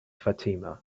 fatima